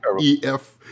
EF